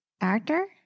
Actor